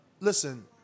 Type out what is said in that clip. Listen